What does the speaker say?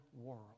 world